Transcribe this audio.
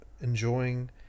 enjoying